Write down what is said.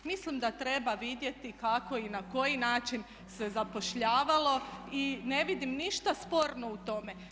Mislim da treba vidjeti kako i na koji način se zapošljavalo i ne vidim ništa sporno u tome.